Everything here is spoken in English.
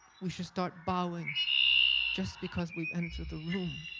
we should start bowing just because we've entered the room